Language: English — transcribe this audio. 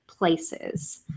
Places